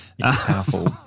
Powerful